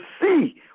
see